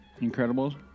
Incredibles